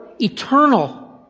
eternal